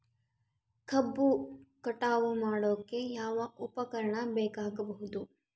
ಕಬ್ಬು ಕಟಾವು ಮಾಡೋಕೆ ಯಾವ ಉಪಕರಣ ಬೇಕಾಗಬಹುದು?